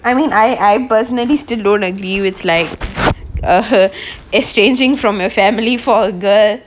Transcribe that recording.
I mean I I personally don't agree with like uh her exchanging from her family for a girl